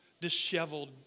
Disheveled